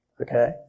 okay